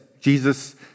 Jesus